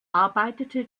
arbeitete